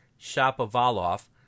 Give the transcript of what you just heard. Shapovalov